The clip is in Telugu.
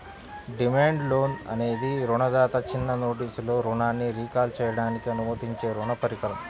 డిమాండ్ లోన్ అనేది రుణదాత చిన్న నోటీసులో రుణాన్ని రీకాల్ చేయడానికి అనుమతించే రుణ పరికరం